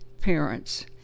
parents